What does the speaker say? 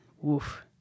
woof